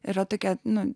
yra tokia nu